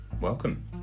Welcome